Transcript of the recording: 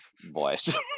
voice